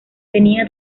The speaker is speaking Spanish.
tenía